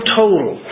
total